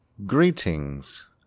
Greetings